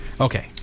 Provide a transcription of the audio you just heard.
Okay